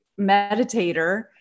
meditator